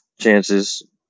chances